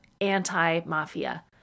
anti-mafia